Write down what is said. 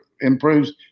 improves